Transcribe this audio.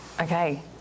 Okay